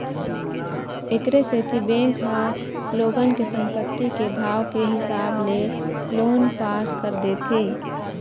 एखरे सेती बेंक ह लोगन के संपत्ति के भाव के हिसाब ले लोन पास कर देथे